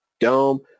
Dome